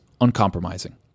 uncompromising